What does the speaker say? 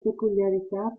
peculiarità